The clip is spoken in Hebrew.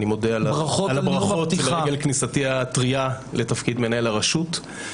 אני מודה על הברכות לרגל כניסתי הטרייה לתפקיד מנהל הרשות.